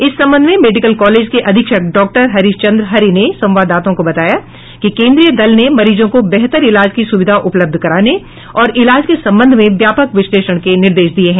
इस संबंध में मेडिकल कॉलेज के अधीक्षक डॉक्टर हरीश चंद्र हरि ने संवाददाताओं को बताया कि केन्द्रीय दल ने मरीजों को बेहतर इलाज की सुविधा उपलब्ध कराने और इलाज के संबंध में व्यापक विश्लेषण के निर्देश दिये हैं